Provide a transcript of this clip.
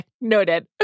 noted